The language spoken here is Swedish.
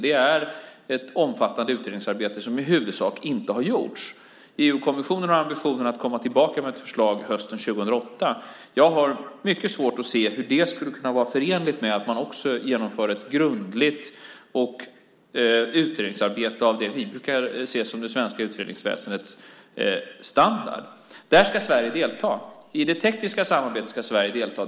Det är ett omfattande utredningsarbete som i huvudsak inte har gjorts. EU-kommissionen har ambitionen att komma tillbaka med ett förslag hösten 2008. Jag har mycket svårt att se hur det skulle kunna vara förenligt med att man också genomför ett grundligt utredningsarbete av det slag som vi brukar se som det svenska utredningsväsendets standard. I det tekniska samarbetet ska Sverige delta.